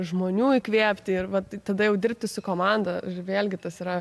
žmonių įkvėpti ir vat tada jau dirbti su komanda vėlgi tas yra